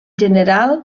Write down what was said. general